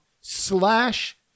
slash